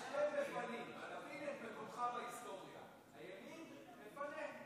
תפנים את מקומך בהיסטוריה, הימין מפנה.